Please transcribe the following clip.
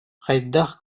хайдах